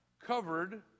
covered